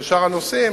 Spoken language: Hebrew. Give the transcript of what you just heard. בין שאר הנושאים,